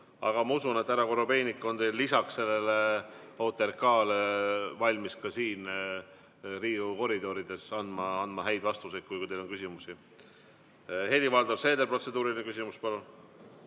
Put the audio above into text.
Aga ma usun, et härra Korobeinik on lisaks sellele OTRK‑le valmis teile ka siin Riigikogu koridorides andma häid vastuseid, kui teil on küsimusi. Helir-Valdor Seeder, protseduuriline küsimus, palun!